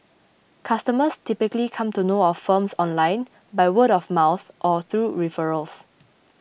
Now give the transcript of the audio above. customers typically come to know of the firms online by word of mouth or through referrals